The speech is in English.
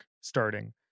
starting